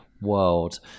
world